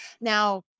Now